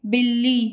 बिल्ली